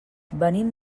venim